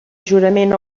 jurament